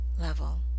level